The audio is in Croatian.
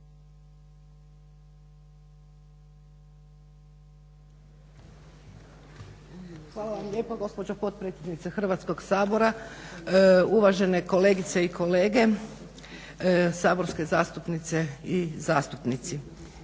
Hvala vam lijepo gospođo potpredsjednice Hrvatskog sabora. Uvažene kolegice i kolege, saborske zastupnice i zastupnici.